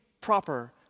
proper